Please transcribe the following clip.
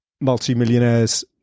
multimillionaires